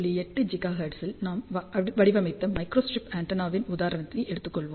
8 ஜிகாஹெர்ட்ஸில் நாம் வடிவமைத்த மைக்ரோஸ்ட்ரிப் ஆண்டெனாவின் உதாரணத்தை எடுத்துக் கொள்வோம்